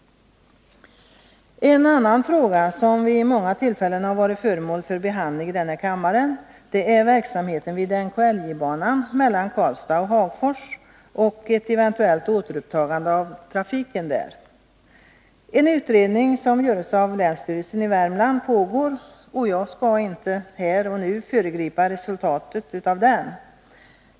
En annan fråga som vid många tillfällen varit föremål för behandling i denna kammare gäller verksamheten vid NKIJ-banan mellan Karlstad och Hagfors samt ett eventuellt återupptagande av persontrafiken. En utredning görs f. n. av länsstyrelsen i Värmland. Jag skall inte här och nu föregripa resultatet av den.